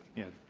yeah,